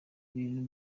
ibintu